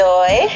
Joy